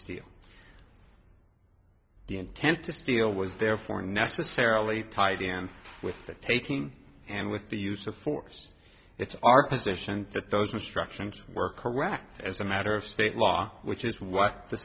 steal the intent to steal was therefore necessarily tied in with the taking and with the use of force it's our position that those instructions were correct as a matter of state law which is what the